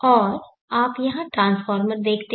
और आप यहां ट्रांसफॉर्मर देखते हैं